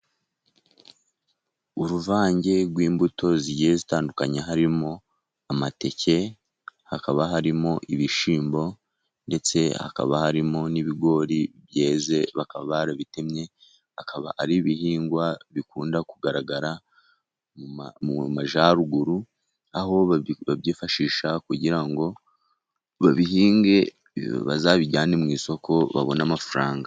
Uruvange rw'imbuto zigiye zitandukanye harimo amateke, hakaba harimo ibishyimbo, ndetse hakaba harimo n'ibigori byeze bakaba barabitemye akaba ari ibihingwa bikunda kugaragara mu majyaruguru aho babyifashisha kugira ngo babihinge bazabijyane mu isoko babone amafaranga.